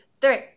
three